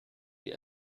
die